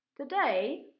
Today